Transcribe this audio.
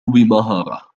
بمهارة